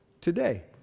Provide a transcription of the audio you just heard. today